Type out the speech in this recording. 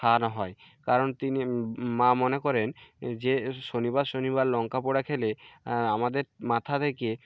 খাওয়ানো হয় কারণ তিনি মা মনে করেন যে শনিবার শনিবার লঙ্কা পোড়া খেলে আমাদের মাথা থেকে